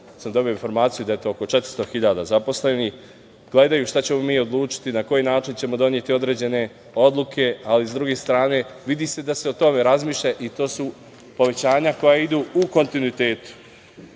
sam dobio informaciju da je to oko 400.000 zaposlenih, gledaju šta ćemo mi odlučiti, na koji način ćemo doneti određene odluke. Ali, s druge strane, vidi se da se o tome razmišlja i to su povećanja koja idu u kontinuitetu. Da